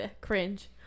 cringe